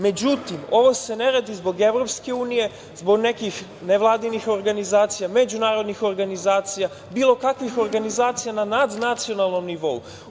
Međutim, ovo se ne radi zbog EU, zbog nekih nevladinih organizacija, međunarodnih organizacija, bilo kakvih organizacija nad nacionalnom nivou.